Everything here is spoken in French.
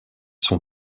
son